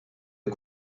est